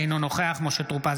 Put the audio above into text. אינו נוכח משה טור פז,